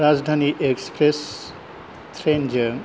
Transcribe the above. राजधानी एक्सप्रेस ट्रेनजों